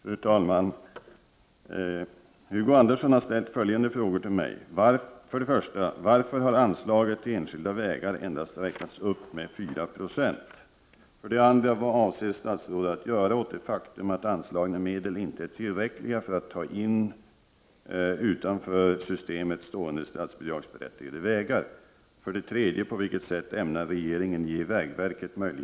Fru talman! Hugo Andersson har ställt följande frågor till mig. 1. Varför har anslaget till enskilda vägar endast räknats upp med 4 96? 2. Vad avser statsrådet att göra åt det faktum att anslagna medel inte är tillräckliga för att ta in utanför systemet stående statsbidragsberättigade vägar?